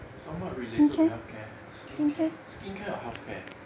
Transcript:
somewhat related to health care skincare skincare or health care